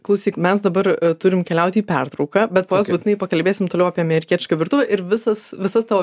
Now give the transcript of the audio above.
klausyk mes dabar turim keliauti į pertrauką bet paskui būtinai pakalbėsim toliau apie amerikietišką virtuvę ir visas visas tavo